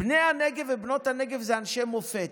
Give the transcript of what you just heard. בני הנגב ובנות הנגב זה אנשי מופת.